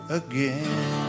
again